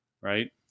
right